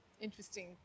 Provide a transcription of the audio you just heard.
interesting